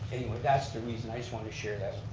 that's the reason i just wanted to share that